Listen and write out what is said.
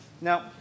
Now